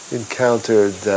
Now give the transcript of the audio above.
encountered